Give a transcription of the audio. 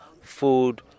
food